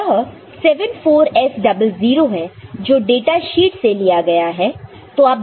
तो यह 74S00 है जो डाटा शीट से लिया गया है